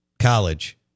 college